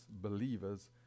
believers